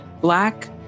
Black